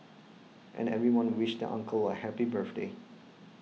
and everyone wished the uncle a happy birthday